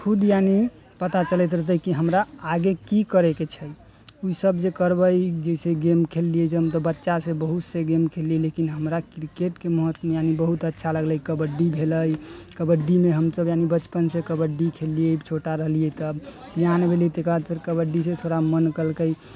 खुद यानि पता चलैत रहतै की हमरा आगे की करै के छै उ सब जे करबै जैसे गेम खेललियै बच्चासँ बहुतसँ गेम खेललियै लेकिन हमरा क्रिकेटके महत्व यानि बहुत अच्छा लागलै कबड्डी भेलै कबड्डीमे हमसब यानि बचपनसँ कबड्डी खेललियै छोटा रहलियै तऽ ज्ञान भेलै तकर बाद फेर कबड्डीसँ थोड़ा मन केलकै